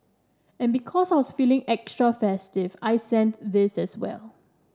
and because I was feeling extra festive I sent this as well